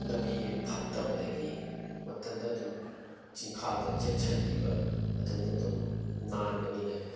ꯂꯝꯕꯤ ꯐꯠꯇꯕꯗꯒꯤ ꯃꯊꯟꯇ ꯑꯗꯨꯝ ꯆꯤꯡꯈꯥꯗ ꯆꯦꯞꯁꯤꯟꯈꯤꯕ ꯃꯊꯟꯗ ꯑꯗꯨꯝ ꯅꯥꯟꯕꯅꯤꯅ